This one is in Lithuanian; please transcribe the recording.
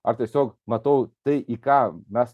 ar tiesiog matau tai į ką mes